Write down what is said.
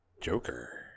Joker